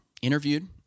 interviewed